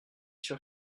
sûr